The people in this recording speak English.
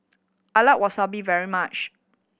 I like Wasabi very much